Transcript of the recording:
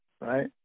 right